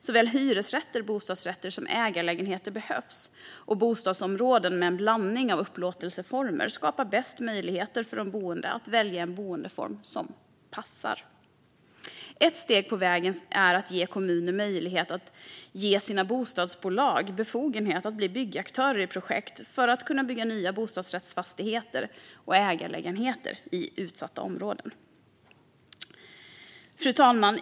Såväl hyresrätter som bostadsrätter och ägarlägenheter behövs, och bostadsområden med en blandning av upplåtelseformer skapar bäst möjligheter för de boende att välja en boendeform som passar. Ett steg på vägen är att ge kommuner möjlighet att ge sina bostadsbolag befogenhet att bli byggaktörer i projekt för att bygga nya bostadsrättsfastigheter och ägarlägenheter i utsatta områden. Fru talman!